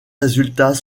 résultats